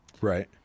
Right